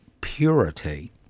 purity